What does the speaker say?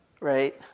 Right